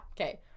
Okay